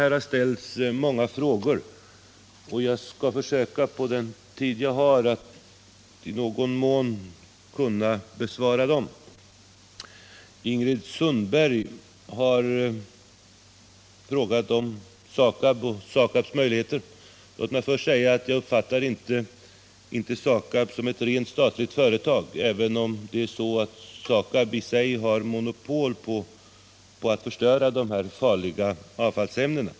Här har ställts många frågor, och jag skall på den tid jag har till mitt förfogande försöka besvara dem. Ingrid Sundberg har frågat om SAKAB:s möjligheter. Jag uppfattar inte SAKAB som ett rent statligt företag bara för att det har monopol på att förstöra dessa farliga avfallsämnen.